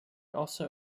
also